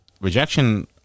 rejection